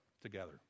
together